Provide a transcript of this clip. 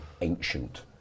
ancient